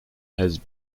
has